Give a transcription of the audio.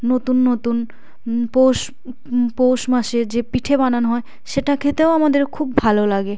নতুন নতুন পৌষ পৌষ মাসে যে পিঠে বানানো হয় সেটা খেতেও আমাদের খুব ভালো লাগে